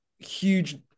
Huge